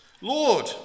Lord